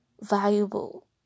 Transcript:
valuable